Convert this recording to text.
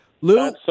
Lou